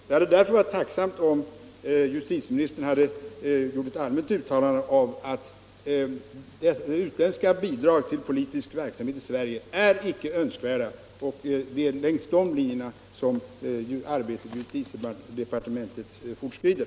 Det hade därför varit tacknämligt om justitieministern gjort ett allmänt uttalande om att utländska bidrag till politisk verksamhet i Sverige är icke önskvärda och att det är längs de linjerna som arbetet i justitiedepartementet fortskrider.